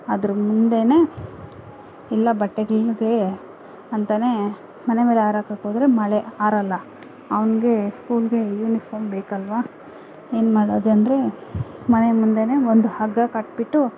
ಅದ್ರ ಮುಂದೆಯೇ ಎಲ್ಲ ಬಟ್ಟೆಗಳಿಗೆ ಅಂತಲೇ ಮನೆ ಮೇಲೆ ಆರಾಕೊಕ್ಕೊದ್ರೆ ಮಳೆ ಆರೋಲ್ಲ ಅವ್ನಿಗೆ ಸ್ಕೂಲ್ಗೆ ಯೂನಿಫಾರ್ಮ್ ಬೇಕಲ್ವ ಏನು ಮಾಡೋದು ಅಂದರೆ ಮನೆ ಮುಂದೆಯೇ ಒಂದು ಹಗ್ಗ ಕಟ್ಬಿಟ್ಟು